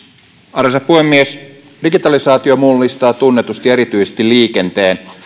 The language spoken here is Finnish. arvoisa puhemies digitalisaatio mullistaa tunnetusti erityisesti liikenteen